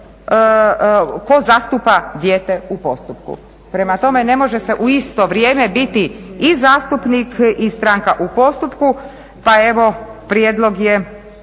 tko zastupa dijete u postupku. Prema tome, ne može se u isto vrijeme biti i zastupnik i stranka u postupku, pa evo prijedlog je